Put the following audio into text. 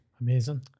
amazing